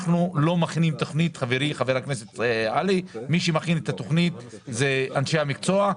אנחנו לא מכינים תכנית אלא מי שמכין את התכנית אלה הם אנשי המקצוע.